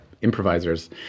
improvisers